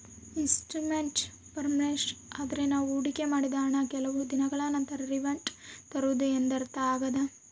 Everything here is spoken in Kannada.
ಇನ್ವೆಸ್ಟ್ ಮೆಂಟ್ ಪರ್ಪರ್ಮೆನ್ಸ್ ಅಂದ್ರೆ ನಾವು ಹೊಡಿಕೆ ಮಾಡಿದ ಹಣ ಕೆಲವು ದಿನಗಳ ನಂತರ ರಿಟನ್ಸ್ ತರುವುದು ಎಂದರ್ಥ ಆಗ್ಯಾದ